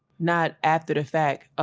not after the fact.